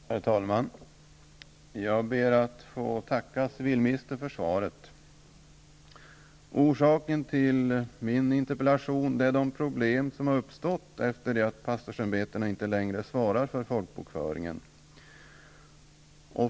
Herr talman! Jag ber att få tacka civilministern för svaret. Orsaken till min interpellation är de problem som har uppstått nu när pastorsämbetena inte längre svarar för folkbokföringen.